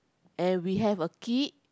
and we have a kid